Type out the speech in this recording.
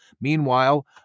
Meanwhile